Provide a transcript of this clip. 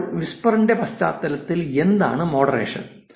അപ്പോൾ വിസ്പറിന്റെ പശ്ചാത്തലത്തിൽ എന്താണ് മോഡറേഷൻ